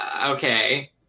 okay